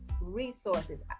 resources